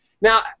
Now